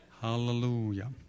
hallelujah